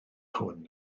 hwn